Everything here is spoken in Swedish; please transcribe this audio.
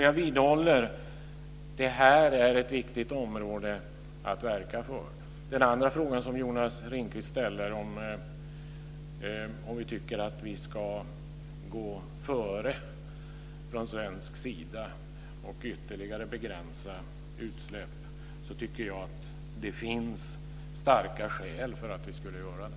Jag vidhåller alltså att det här är ett viktigt område att verka för. På den andra frågan som Jonas Ringqvist ställde, om vi tycker att man från svensk sida ska gå före och ytterligare begränsa utsläppen, svarar jag att jag tycker att det finns starka skäl för att göra det.